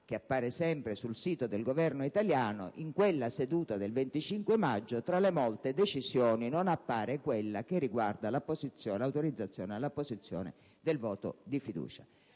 che appare sempre sul sito del Governo italiano, in quella seduta del 25 maggio, tra le molte decisioni, non appare quella che riguarda l'autorizzazione all'apposizione del voto di fiducia.